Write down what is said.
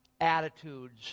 attitudes